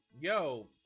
yo